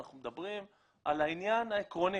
אנחנו מדברים על העניין העקרוני,